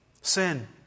Sin